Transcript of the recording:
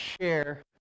share